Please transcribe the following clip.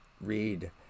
read